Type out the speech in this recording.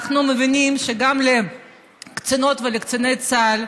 אנחנו מבינים שגם לקצינות ולקציני צה"ל,